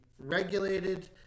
regulated